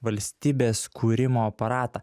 valstybės kūrimo aparatą